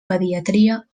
pediatria